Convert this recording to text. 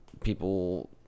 people